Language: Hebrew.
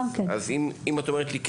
אם את אומרת לי כן,